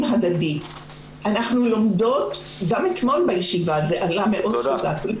הדדי וגם אתמול בישיבה זה עלה מאוד חזק.